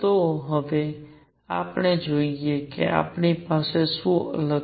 તો હવે આપણે જોઈએ કે આપણી પાસે શું અલગ છે